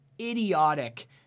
idiotic